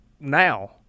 now